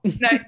No